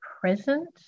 present